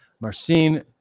Marcin